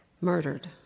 murdered